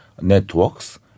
networks